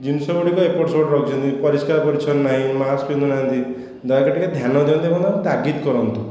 ଜିନିଷ ଗୁଡ଼ିକ ଏପଟ ସେପଟ ରଖିଛନ୍ତି ପରିଷ୍କାର ପରିଛନ୍ନ ନାହିଁ ମାସ୍କ ପିନ୍ଧୁନାହାନ୍ତି ଦୟାକରି ଟିକିଏ ଧ୍ୟାନ ଦେବେ ଏବଂ ତାଙ୍କୁ ତାଗିଦ କରନ୍ତୁ